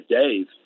Dave